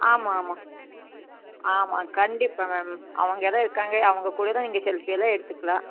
ஆமாம் ஆமாம் ஆமாம் கண்டிப்பாக மேம் அவங்கள்லாம் இருக்காங்க அவங்க கூடதான் நீங்கள் செல்ஃபியெல்லாம் எடுத்துக்கலாம்